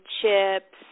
chips